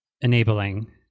enabling